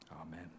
Amen